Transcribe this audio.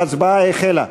ההצבעה החלה.